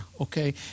okay